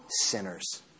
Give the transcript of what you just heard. sinners